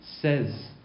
says